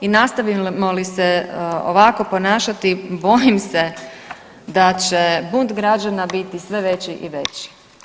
I nastavimo li se ovako ponašati bojim se da će bunt građana biti sve veći i veći.